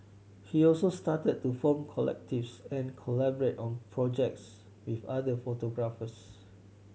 he also started to form collectives and collaborate on projects with other photographers